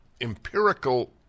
empirical